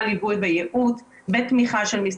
לחודש המודעות הלאומי להתמודדות עם סמים ואלכוהול מהפרספקטיבה שלכם,